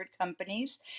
companies